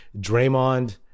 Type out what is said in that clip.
Draymond